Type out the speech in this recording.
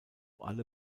alle